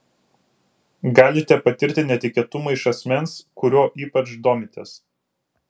galite patirti netikėtumą iš asmens kuriuo ypač domitės